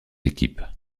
équipes